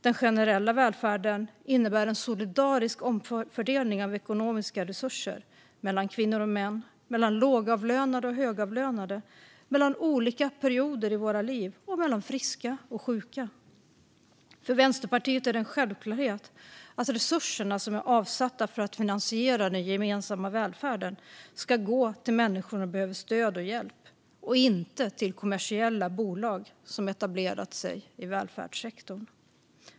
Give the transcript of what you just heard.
Den generella välfärden innebär en solidarisk omfördelning av ekonomiska resurser mellan kvinnor och män, mellan lågavlönade och högavlönade, mellan olika perioder i våra liv och mellan friska och sjuka. För Vänsterpartiet är det en självklarhet att resurserna som är avsatta för att finansiera den gemensamma välfärden ska gå till människor som behöver stöd och hjälp och inte till kommersiella bolag som etablerat sig i välfärdssektorn.